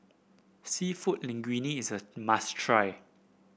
seafood Linguine is a must try